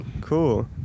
Cool